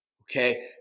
okay